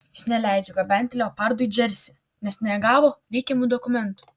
jis neleidžia gabenti leopardų į džersį nes negavo reikiamų dokumentų